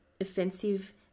offensive